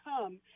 come